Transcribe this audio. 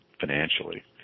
financially